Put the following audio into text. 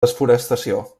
desforestació